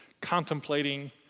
contemplating